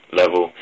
level